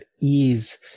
ease